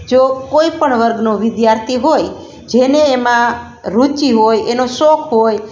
જો કોઈપણ વર્ગનો વિદ્યાર્થી હોય જેને એમાં રુચિ હોય એનો શોખ હોય